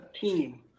team